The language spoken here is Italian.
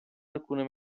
alcune